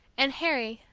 and harry,